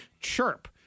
Chirp